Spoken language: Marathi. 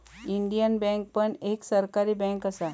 इंडियन बँक पण एक सरकारी बँक असा